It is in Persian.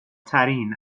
ترین